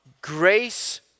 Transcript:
Grace